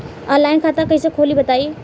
Online खाता कइसे खोली बताई?